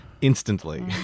instantly